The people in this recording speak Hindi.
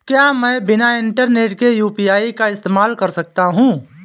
क्या मैं बिना इंटरनेट के यू.पी.आई का इस्तेमाल कर सकता हूं?